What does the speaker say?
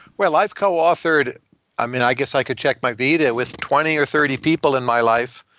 well, i've co-authored i mean, i guess i could check my vita with twenty or thirty people in my life.